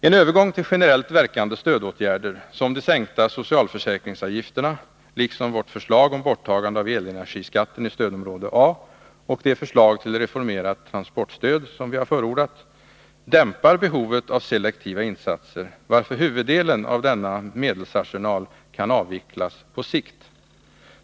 En övergång till generellt verkande stödåtgärder, som de sänkta socialförsäkringsavgifterna liksom vårt förslag om borttagande av elenergiskatten i stödområde A och de förslag till reformerade transportstöd som vi förordat, dämpar behovet av selektiva insatser, varför huvuddelen av denna medelsarsenal kan avvecklas på sikt.